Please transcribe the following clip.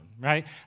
right